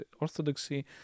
Orthodoxy